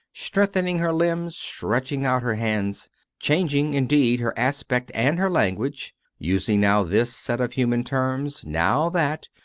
strengthening her limbs, stretching out her hands changing, indeed, her aspect and her language using now this set of human terms, now that,